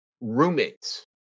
roommates